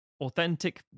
authentic